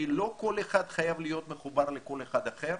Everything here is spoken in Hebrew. שלא כל אחד חייב להיות מחובר לכל אחד אחר,